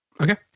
Okay